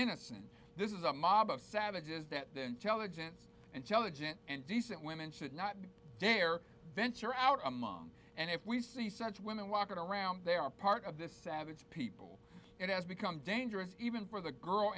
innocent this is a mob of savages that the intelligence intelligent and decent women should not dare venture out among and if we see such women walking around they are part of this savage people it has become dangerous even for the girl